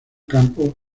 campo